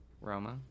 Roma